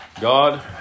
God